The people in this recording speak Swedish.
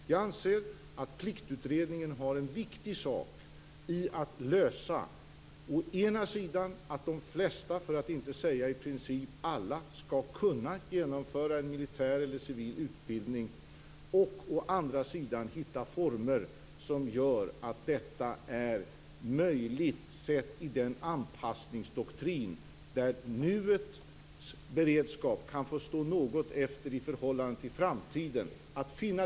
Jag anser att Pliktutredningen har en viktig uppgift i att å ena sidan se till att de flesta, för att inte säga i princip alla, skall kunna genomföra en militär eller civil utbildning, å andra sidan hitta former som gör detta möjligt, sett utifrån den anpassningsdoktrin där nuets beredskap kan få stå tillbaka något i förhållande till framtiden.